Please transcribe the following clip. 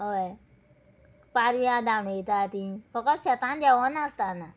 हय पारया धांवणायता ती फकत शेतांत देंवनासतना